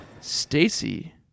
Stacy